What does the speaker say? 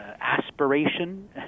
aspiration